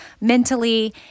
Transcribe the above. mentally